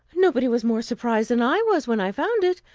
nobody was more surprised than i was when i found it.